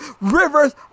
rivers